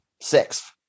sixth